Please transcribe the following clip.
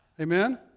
Amen